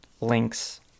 links